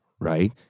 right